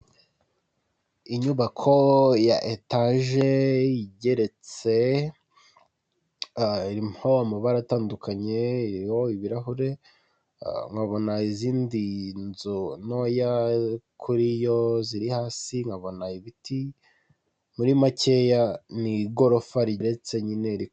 Inyubako ya etaje igeretse irimo amabara atandukanye ibirahuri, nkabona izindi nzu ntoya kuri yo ziri hasi nkabona ibiti muri makeya ni igorofa rigeretse nyine.